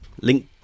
link